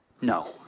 No